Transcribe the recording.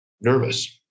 nervous